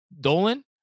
Dolan